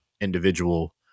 individual